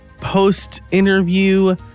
post-interview